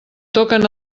toquen